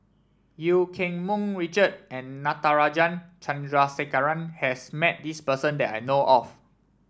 Eu Keng Mun Richard and Natarajan Chandrasekaran has met this person that I know of